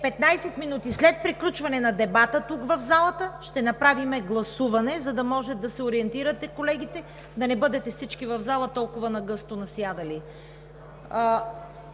15 минути след приключване на дебата тук, в залата, ще направим гласуване, за да може да се ориентирате, колеги, да не бъдете всички толкова нагъсто насядали